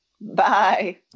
Bye